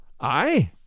I